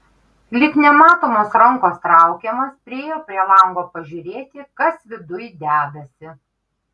lyg nematomos rankos traukiamas priėjo prie lango pažiūrėti kas viduj dedasi